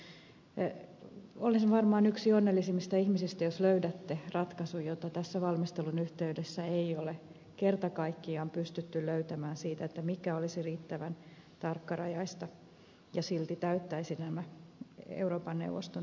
mutta olisin varmaan yksi onnellisimmista ihmisistä jos löydätte ratkaisun jota tässä valmistelun yhteydessä ei ole kerta kaikkiaan pystytty löytämään siihen mikä olisi riittävän tarkkarajaista ja silti täyttäisi nämä euroopan neuvoston toivomukset